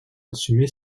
assumer